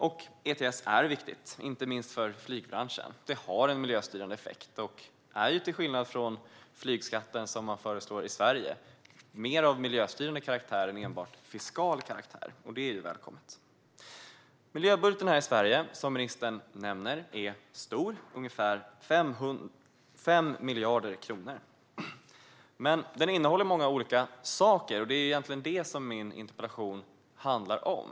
ETS är viktigt, inte minst för flygbranschen. Det har en miljöstyrande effekt och har till skillnad från flygskatten, som föreslås i Sverige, en mer miljöstyrande karaktär än enbart fiskal karaktär, vilket är välkommet. Miljöbudgeten i Sverige är, som ministern nämner, stor och ligger på ungefär 5 miljarder kronor. Den innehåller dock många olika saker, och det är egentligen detta som min interpellation handlar om.